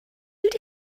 wedi